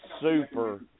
super